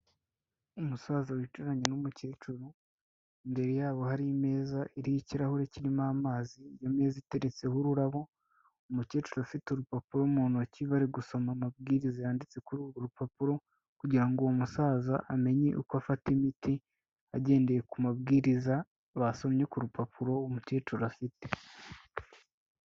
Umusaza wicaranye n'umukecuru, imbere yabo hari imeza iriho ikirahure kirimo amazi, iyo meza iteretseho ururabo, umukecuru ufite urupapuro mu ntoki bari gusoma amabwiriza yanditse kuri urwo rupapuro kugira ngo uwo musaza amenye uko afata imiti agendeye ku mabwiriza basomye ku rupapuro umukecuru afite.